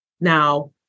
Now